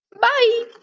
Bye